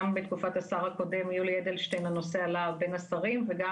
גם בתקופת השר הקודם יולי אדלשטיין הנושא עלה בין השרים וגם